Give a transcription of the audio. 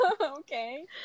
Okay